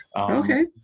okay